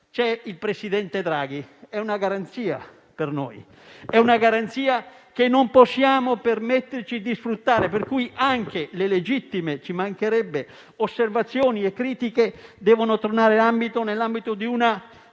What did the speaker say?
Il presidente Draghi è una garanzia per noi, è una garanzia che non possiamo permetterci di sprecare. Pertanto, anche le legittime osservazioni e critiche devono tornare nell'ambito di